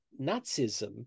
Nazism